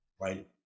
right